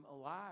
alive